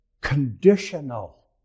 conditional